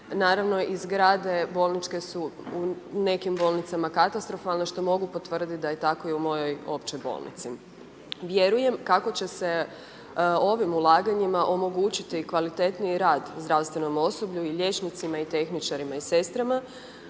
Naravno i zgrade bolničke su nekim bolnicama katastrofalne što mogu potvrditi da je tako i u mojoj općoj bolnici. Vjerujem kako će se ovim ulaganjima omogućiti kvalitetniji rad zdravstvenom osoblju i liječnicima i tehničarima i sestrama